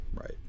right